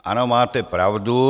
Ano, máte pravdu.